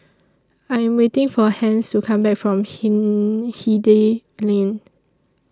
I Am waiting For Hans to Come Back from Hen Hindhede Lane